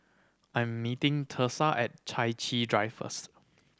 I'm meeting Thursa at Chai Chee Drive first